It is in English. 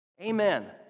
Amen